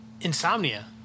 Insomnia